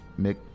Mick